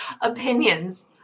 opinions